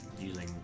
using